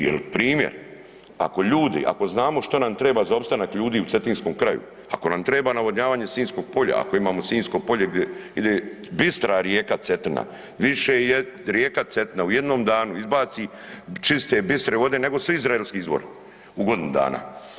Jel primjer ako ljudi, ako znamo što nam treba za opstanak ljudi u cetinskom kraju, ako nam treba navodnjavanje Sinjskog polja, ako imamo Sinjsko polje gdje ide bistra rijeka Cetina, više rijeka Cetina u jednom danu izbaci čiste bistre vode nego svi izraelski izvori u godinu dana.